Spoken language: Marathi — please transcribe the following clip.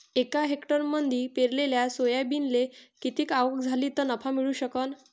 एका हेक्टरमंदी पेरलेल्या सोयाबीनले किती आवक झाली तं नफा मिळू शकन?